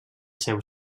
seu